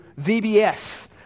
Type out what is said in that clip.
VBS